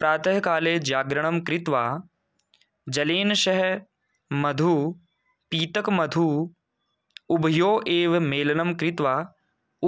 प्रातःकाले जागरणं कृत्वा जलेन सह मधु पीतकमधु उभयोः एव मेलनं कृत्वा